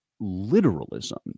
literalism